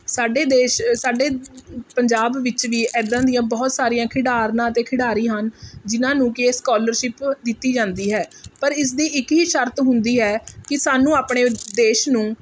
ਸਾਡੇ ਦੇਸ਼ ਸਾਡੇ ਪੰਜਾਬ ਵਿੱਚ ਵੀ ਐਦਾਂ ਦੀਆਂ ਬਹੁਤ ਸਾਰੀਆਂ ਖਿਡਾਰਨਾਂ ਅਤੇ ਖਿਡਾਰੀ ਹਨ ਜਿਨ੍ਹਾਂ ਨੂੰ ਕਿ ਸਕੋਲਰਸ਼ਿਪ ਦਿੱਤੀ ਜਾਂਦੀ ਹੈ ਪਰ ਇਸਦੀ ਇੱਕ ਹੀ ਸ਼ਰਤ ਹੁੰਦੀ ਹੈ ਕਿ ਸਾਨੂੰ ਆਪਣੇ ਦੇਸ਼ ਨੂੰ